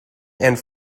and